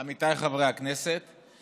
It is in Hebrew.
עמיתיי חברי הכנסת,